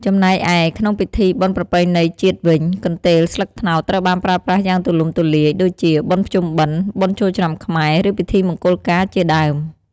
ចំណែកឯ ក្នុងពិធីបុណ្យប្រពៃណីជាតិវិញ កន្ទេលស្លឹកត្នោតត្រូវបានប្រើប្រាស់យ៉ាងទូលំទូលាយ ដូចជា បុណ្យភ្ជុំបិណ្ឌ បុណ្យចូលឆ្នាំខ្មែរ ឬពិធីមង្គលការ ជាដើម។